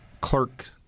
clerk